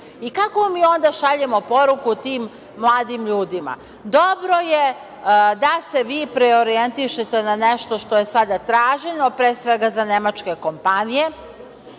onda šaljemo poruku tim mladim ljudima? Dobro je da se vi preorijentišete na nešto što je sada traženo, pre svega za nemačke kompanije,